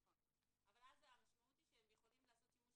אבל אז המשמעות היא שהם יכולים לעשות שימוש